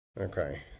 Okay